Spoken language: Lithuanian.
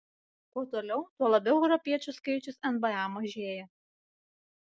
kuo toliau tuo labiau europiečių skaičius nba mažėja